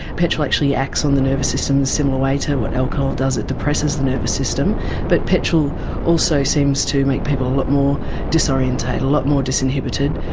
petrol actually acts on the nervous system in a similar way to what alcohol does, it depresses the nervous system but petrol also seems to make people a lot more disorientated, a lot more disinhibited.